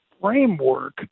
framework